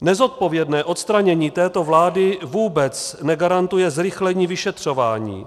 Nezodpovědné odstranění této vlády vůbec negarantuje zrychlení vyšetřování.